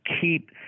keep